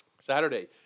Saturday